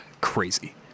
Crazy